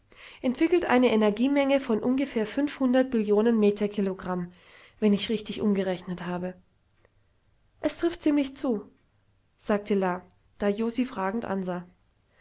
entwickelt eine energiemenge von ungefähr me kilogramm wenn ich richtig umgerechnet habe es trifft ziemlich zu sagte la da jo sie fragend ansah